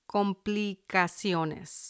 Complicaciones